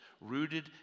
rooted